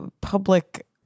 public